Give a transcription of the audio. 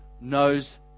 knows